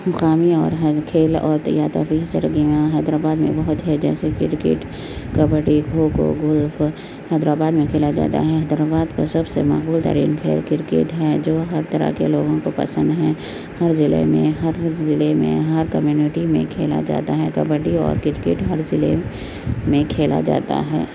مقامی اور ہر کھیل اور تو یا تفریحی سرگرمیاں حیدر آباد میں بہت ہے جیسے cricket kabaddi kho kho golf Hyderabad میں کھیلا جاتا ہے حیدر آباد کا سب سے مقبول ترین کھیل کرکٹ ہے جو ہر طرح کے لوگوں کو پسند ہے ہر ضلع میں ہر ضلع میں ہر کمیونٹی میں کھیلا جاتا ہے کبڈی اور کرکٹ ہر ضلع میں کھیلا جاتا ہے